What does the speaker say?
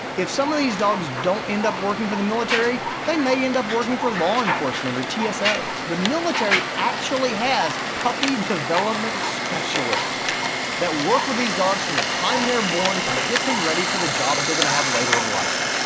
if some of these dogs don't end up working for the military, they may end up working for law enforcement or tsa. yeah the military actually has puppy development specialists that work with these dogs from the time they're born to get them ready for the jobs they're going to have later in life.